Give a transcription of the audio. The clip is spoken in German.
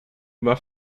war